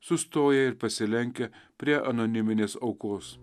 sustoja ir pasilenkia prie anoniminės aukos